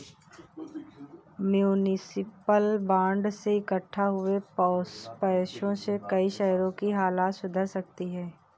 municipal bond से इक्कठा हुए पैसों से कई शहरों की हालत सुधर सकती है